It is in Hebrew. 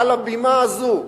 מעל הבימה הזאת,